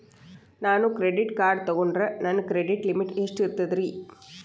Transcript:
ನಾನು credit card ತೊಗೊಂಡ್ರ ನನ್ನ ಕ್ರೆಡಿಟ್ ಲಿಮಿಟ್ ಎಷ್ಟ ಇರ್ತದ್ರಿ?